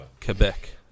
Quebec